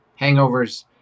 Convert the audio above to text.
hangovers